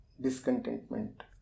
discontentment